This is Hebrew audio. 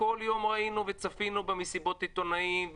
אנחנו כל יום ראינו וצפינו במסיבות העיתונאים,